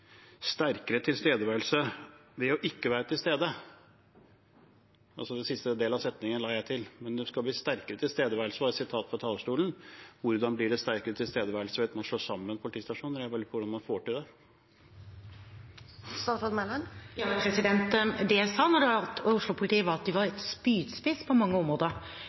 sterkere tilstedeværelse ved ikke å være til stede – den siste delen av setningen la jeg til. At det skal bli sterkere tilstedeværelse, var et sitat fra talerstolen. Hvordan blir det sterkere tilstedeværelse ved at man slår sammen politistasjoner? Jeg bare lurte på hvordan man får til det. Det jeg sa når det gjaldt Oslo-politiet, var at de var en spydspiss på mange områder,